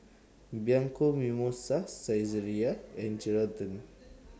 Bianco Mimosa Saizeriya and Geraldton